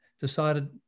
decided